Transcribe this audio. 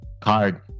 card